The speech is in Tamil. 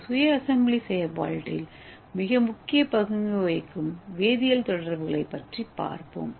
இந்த சுய அசெம்பிளி செயல்பாட்டில் முக்கிய பங்கு வகிக்கும் வேதியியல் தொடர்புகளைப் பற்றி பார்ப்போம்